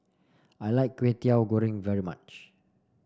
I like Kway Teow Goreng very much